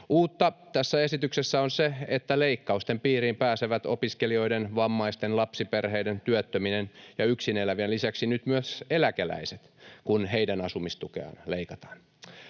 Uutta tässä esityksessä on se, että leikkausten piiriin pääsevät opiskelijoiden, vammaisten, lapsiperheiden, työttömien ja yksin elävien lisäksi nyt myös eläkeläiset, kun heidän asumistukeaan leikataan.